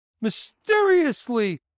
mysteriously